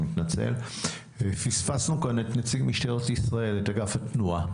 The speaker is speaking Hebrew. סליחה, פספסנו את נציג משטרת ישראל, אגף התנועה.